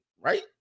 Right